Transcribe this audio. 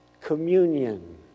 communion